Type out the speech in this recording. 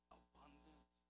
abundant